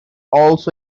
also